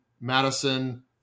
Madison